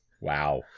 wow